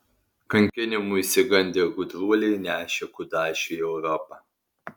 kankinimų išsigandę gudruoliai nešė kudašių į europą